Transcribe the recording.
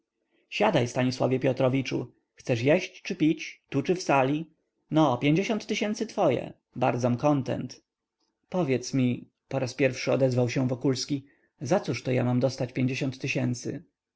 siadaj stanisławie piotrowiczu chcesz jeść czy pić tu czy w sali no pięćdziesiąt tysięcy twoje bardzom kontent powiedz mi po raz pierwszy odezwał się wokulski zacóżto ja mam dostać pięćdziesiąt tysięcy